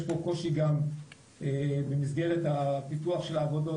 יש פה קושי גם במסגרת הפיתוח של העבודות,